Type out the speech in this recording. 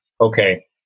okay